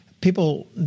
people